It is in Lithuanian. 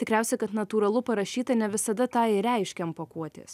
tikriausia kad natūralu parašyta ne visada tą ir reiškia ant pakuotės